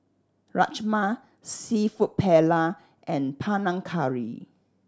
Rajma Seafood Paella and Panang Curry